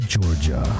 Georgia